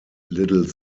little